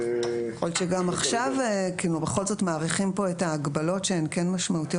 יכול להיות שגם עכשיו בכל זאת מאריכים פה את ההגבלות שהן כן משמעויות